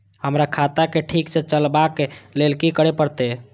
हमरा खाता क ठीक स चलबाक लेल की करे परतै